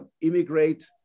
immigrate